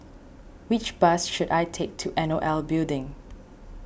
which bus should I take to N O L Building